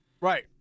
Right